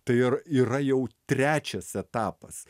tai ir yra jau trečias etapas